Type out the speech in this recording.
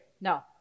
No